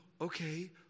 okay